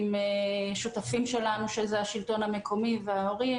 עם שותפים שלנו שהם השלטון המקומי וההורים,